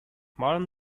modern